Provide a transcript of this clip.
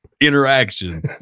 interaction